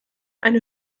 eine